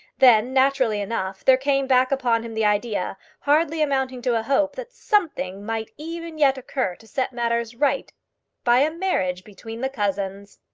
then, naturally enough, there came back upon him the idea, hardly amounting to a hope, that something might even yet occur to set matters right by a marriage between the cousins.